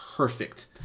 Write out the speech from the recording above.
perfect